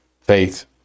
faith